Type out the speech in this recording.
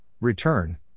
Return